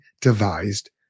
devised